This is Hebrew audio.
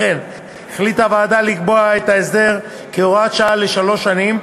לכן החליטה הוועדה לקבוע את ההסדר כהוראת שעה לשלוש שנים.